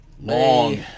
long